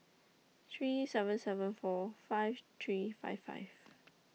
three seven seven four five three five five